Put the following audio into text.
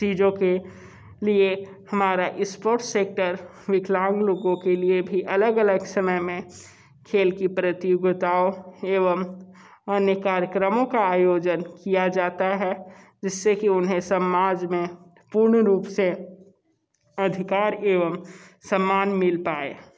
चीज़ों के लिए हमारा स्पॉट्स सेक्टर विकलांग लोगों के लिए भी अलग अलग समय में खेल की प्रतियोगिताओं एवं अन्य कार्यक्रमों का आयोजन किया जाता है जिस से कि उन्हें समाज में पूर्ण रूप से अधिकार एवं सम्मान मिल पाए